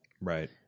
Right